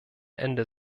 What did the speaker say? ende